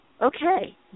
Okay